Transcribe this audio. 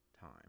time